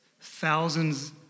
thousands